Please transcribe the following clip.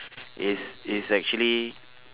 is is actually